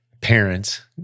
parents